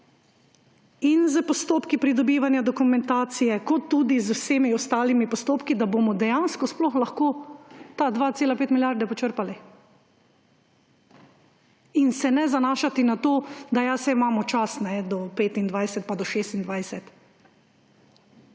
in s postopki pridobivanja dokumentacije kot tudi z vsemi ostalimi postopki, da bom dejansko sploh lahko 2,5 milijarde počrpali. In se ne zanašati na to, da saj imamo čas do 2025 in 2026.